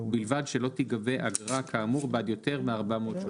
ובלבד שלא תיגבה אגרה כאמור בעד יותר מ-400 שעות".